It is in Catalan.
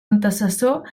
antecessor